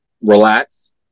relax